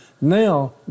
Now